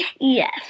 Yes